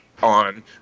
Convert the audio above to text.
on